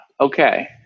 okay